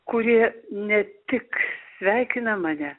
kurie ne tik sveikina mane